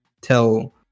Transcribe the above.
tell